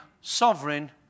sovereign